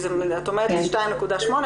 את אומרת 2.8,